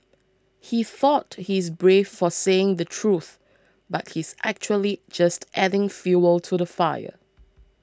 he thought he's brave for saying the truth but he's actually just adding fuel to the fire